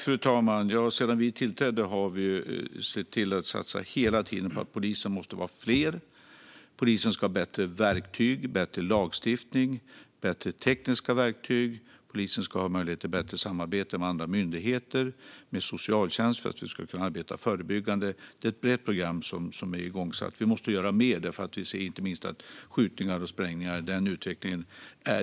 Fru talman! Sedan vi tillträdde har vi sett till att hela tiden satsa på att poliserna måste vara fler och att polisen ska ha bättre verktyg, bättre lagstiftning och bättre tekniska verktyg. Polisen ska ha möjlighet till bättre samarbete med andra myndigheter och socialtjänst för att vi ska kunna arbeta förebyggande. Det är ett brett program som är igångsatt. Vi måste göra mer. Vi ser inte minst att utvecklingen med skjutningar och sprängningar